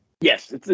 Yes